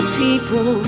people